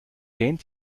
band